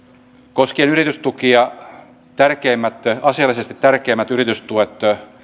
koskien yritystukia tärkeimmät asiallisesti tärkeimmät yritystuet